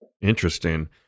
Interesting